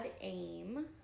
Aim